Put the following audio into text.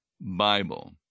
Bible